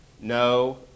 no